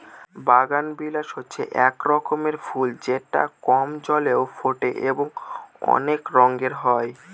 বাগানবিলাস হচ্ছে এক রকমের ফুল যেটা কম জলে ফোটে এবং অনেক রঙের হয়